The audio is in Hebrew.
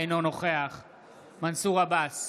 אינו נוכח מנסור עבאס,